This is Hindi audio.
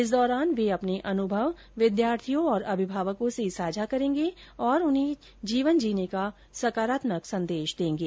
इस दौरान वे अपने अनुभव विद्यार्थियों और अभिभावकों से साझा करेंगे और जीवन जीने का सकारात्मक संदेश देंगे